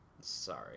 Sorry